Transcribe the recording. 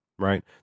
right